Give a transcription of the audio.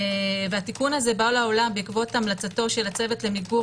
התיקון הזה בא לעולם בעקבות המלצתו של הצוות למיגור